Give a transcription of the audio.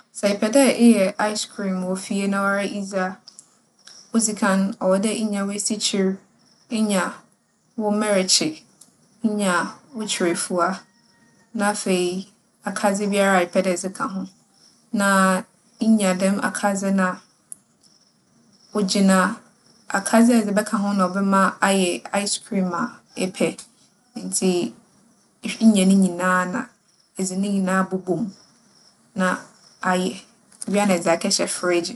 Sɛ epɛ dɛ eyɛ aes kriim wͻ fie na woara idzi a, odzi kan, ͻwͻ dɛ inya w'esikyir, inya wo merekye, inya wo nkyirefuwa na afei, akadze biara a epɛ dɛ edze ka ho. Na inya dɛm akadze no a, ogyina akadze a edze bɛka ho na ͻbɛma ayɛ aes kriim a epɛ. Ntsi inya ne nyina a na edze ne nyina abobͻ mu na ayɛ. Iwie a na edze akɛhyɛ freegye.